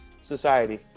society